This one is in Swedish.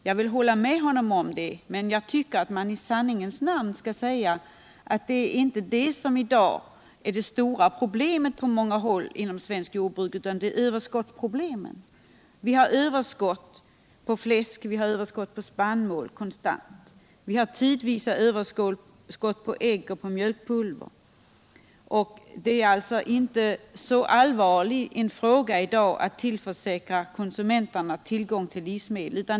Jag vill hålla med honom om det, men i sanningens namn tycker jag man skall säga att detta inte är det stora problemet inom svenskt jordbruk i dag — det är överskottsproblemet. Vi har konstant överskott på fläsk och spannmål och tidvis överskott på ägg och mjölkpulver. Att tillförsäkra konsumenterna tillgång på livsmedel är alltså inte en så allvarlig fråga i dag.